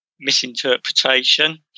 misinterpretation